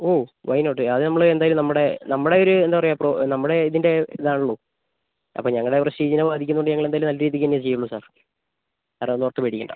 oh why not അത് നമ്മൾ എന്തായാലും നമ്മുടെ നമ്മുടെ ഒരു എന്താ പറയാ ഇപ്പോൾ നമ്മുടെ ഇതിൻ്റെ ഇതാണല്ലോ അപ്പം ഞങ്ങളുടെ പ്രെസ്റ്റീജിനെ ബാധിക്കുന്നോണ്ട് ഞങ്ങളെന്തായാലും നല്ലരീതിയ്ക്കന്നേ അത് ചെയ്യോള്ളു സർ അതൊന്നും ഓർത്ത് പേടിക്കണ്ട